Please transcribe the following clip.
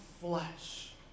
flesh